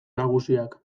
nagusiak